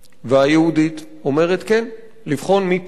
והיהודית אומרת: כן, לבחון מי פליט,